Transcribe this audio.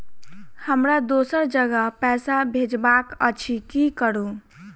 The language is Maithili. हमरा दोसर जगह पैसा भेजबाक अछि की करू?